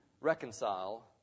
reconcile